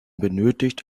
benötigt